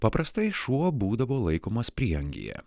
paprastai šuo būdavo laikomas prieangyje